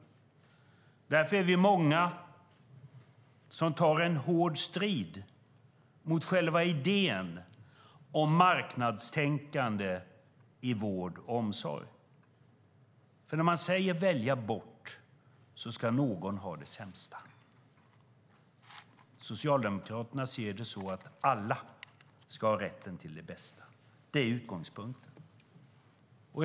Vi är därför många som tar en hård strid mot själva idén om marknadstänkande i vård och omsorg. När man säger välja bort ska någon ha det sämsta. Socialdemokraterna ser det som så att alla ska ha rätten till det bästa. Det är utgångspunkten.